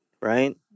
right